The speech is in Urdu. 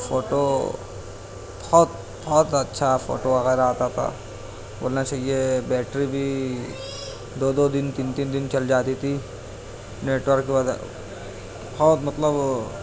فوٹو بہت بہت اچھا فوٹو وغیرہ آتا تھا بولنا چاہیے بیٹری بھی دو دو دن تین تین دن چل جاتی تھی نیٹ ورک بہت مطلب